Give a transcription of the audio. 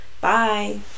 Bye